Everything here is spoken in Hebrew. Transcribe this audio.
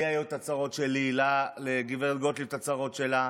לי היו את הצרות שלי ולגב' גוטליב את הצרות שלה,